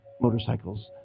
motorcycles